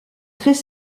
très